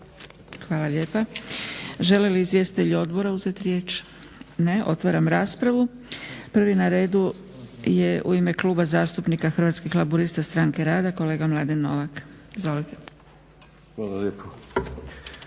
Hvala lijepa. Žele li izvjestitelji odbora uzeti riječ? Ne. Otvaram raspravu. Prvi na redu je u ime Kluba zastupnika Hrvatskih laburista-Stranke rada kolega Mladen Novak. Izvolite. **Novak, Mladen